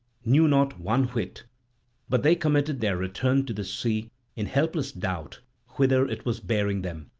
knew not one whit but they committed their return to the sea in helpless doubt whither it was bearing them.